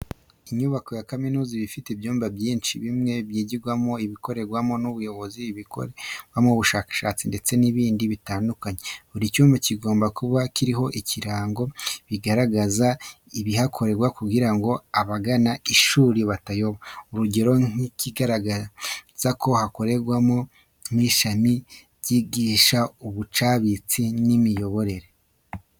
Inyubako ya kaminuza iba ifite ibyumba byinshi bimwe byigirwamo, ibikorerwamo n'ubuyobozi, ibikorerwamo ubushakashatsi ndetse n'ibindi bitandukanye. Buri cyumba kigomba kuba kiriho ibirango bigaragaza ibihakorerwa kugira ngo abagana ishuri batayoba. Urugero nk'iki kigaragaza ko hakorerwa n'ishami ryigisha ubucabitsi n'imiyoborere.